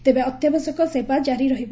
ତେବେ ଅତ୍ୟାବଶ୍ୟକ ସେବା ଜାରି ରହିବ